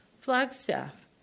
Flagstaff